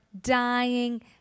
dying